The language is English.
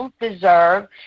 deserve